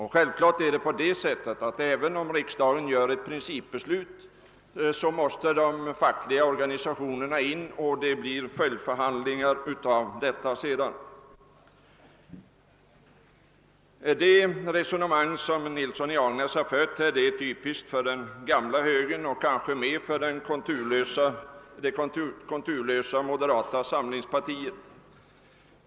Naturligtvis förhåller det sig så, att även om riksdagen fattar principbeslut måste de fackliga organisationerna gå in i följdförhandlingar. Det resonemang som herr Nilsson i Agnäs har fört här är typiskt för den gamla högern men kanske ännu mer för det konturlösa moderata samlingspartiet.